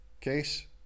Case